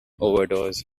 overdose